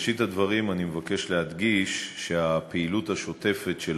בראשית הדברים אני מבקש להדגיש שהפעילות השוטפת של